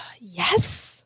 Yes